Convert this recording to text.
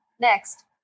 next